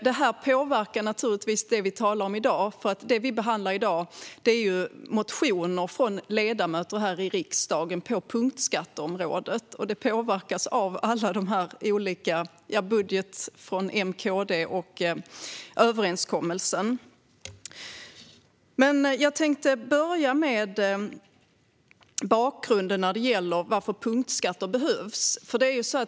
Detta påverkar naturligtvis det vi talar om i dag, för det vi behandlar i dag är motioner från riksdagens ledamöter på punktskatteområdet, och det påverkas av allt detta, både M-KD-budgeten och överenskommelsen. Jag tänkte sedan ta lite bakgrund till varför punktskatter behövs.